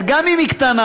אבל גם אם היא קטנה,